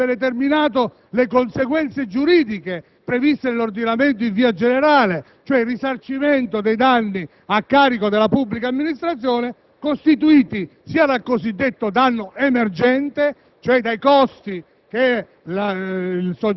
questa revoca avrebbe determinato le conseguenze giuridiche previste dall'ordinamento in via generale, cioè risarcimento dei danni a carico della pubblica amministrazione, costituiti sia dal cosiddetto danno emergente, cioè dai costi